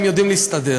הם יודעים להסתדר.